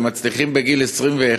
מצליחים בגיל 21?